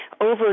over